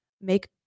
make